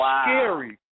scary